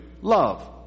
love